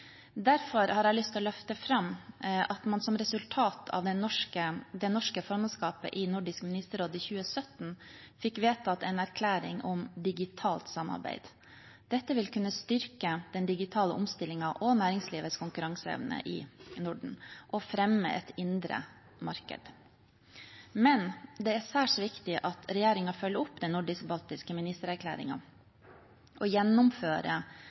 Derfor har jeg lyst til å løfte fram at man som resultat av det norske formannskapet i Nordisk ministerråd i 2017 fikk vedtatt en erklæring om digitalt samarbeid. Dette vil kunne styrke den digitale omstillingen og næringslivets konkurranseevne i Norden og fremme et indre marked. Men det er særs viktig at regjeringen følger opp